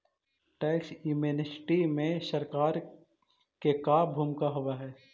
tax amnesty में सरकार के का भूमिका होव हई